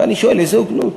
ואני שואל: איזה הוגנות?